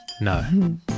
No